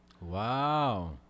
Wow